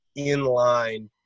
inline